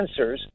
sensors